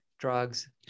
drugs